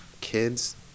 kids